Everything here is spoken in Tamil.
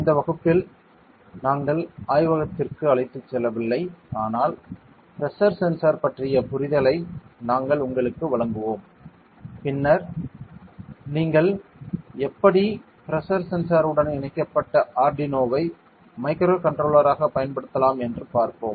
இந்த வகுப்பில் நாங்கள் ஆய்வகத்திற்கு அழைத்துச் செல்லவில்லை ஆனால் பிரஷர் சென்சார் பற்றிய புரிதலை நாங்கள் உங்களுக்கு வழங்குவோம் பின்னர் நீங்கள் எப்படி பிரஷர் சென்சார் உடன் இணைக்கப்பட்ட ஆர்டினோவை மைக்ரோகண்ட்ரோலராகப் பயன்படுத்தலாம் என்று பார்ப்போம்